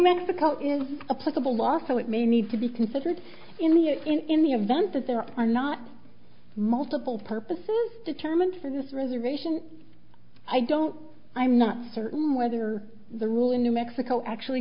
mexico is a possible law so it may need to be considered in the in the event that there are not multiple purposes determined for this reservation i don't i'm not certain whether the rule in new mexico actually